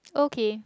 okay